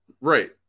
right